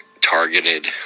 targeted